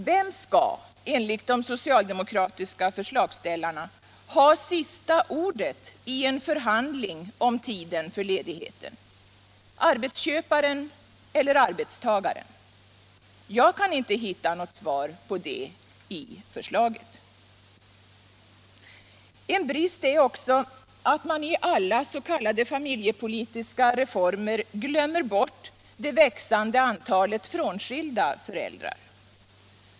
Vem skall, enligt de socialdemokratiska förslagsställarna, ha sista ordet i en förhandling om tiden för ledigheten — arbetsköparen eller arbetstagaren? Nr 36 Jag kan inte hitta något svar på detta i förslaget. En brist är också att man i alla s.k. familjepolitiska reformer glömmer bort det växande antalet frånskilda föräldrar.